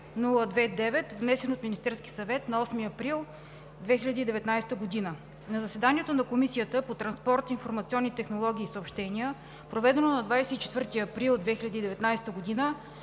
внесен от Министерския съвет на 8 април 2019 г. На заседание на Комисията по транспорт, информационни технологии и съобщения, проведено на 24 април 2019 г.,